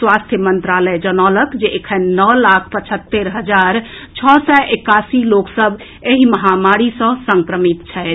स्वास्थ्य मंत्रालय जनौलक जे एखन नओ लाख पचहत्तरि हजार छओ सय एकासी लोक सभ एहि महामारी सँ संक्रमित छथि